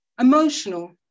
emotional